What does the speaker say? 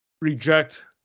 reject